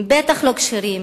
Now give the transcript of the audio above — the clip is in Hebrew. ודאי שהן לא כשירות